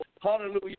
Hallelujah